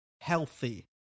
healthy